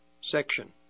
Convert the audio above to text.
section